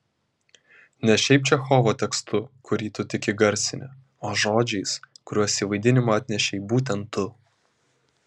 ne šiaip čechovo tekstu kurį tu tik įgarsini o žodžiais kuriuos į vaidinimą atnešei būtent tu